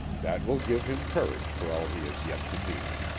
that will give him courage for all he has yet to meet.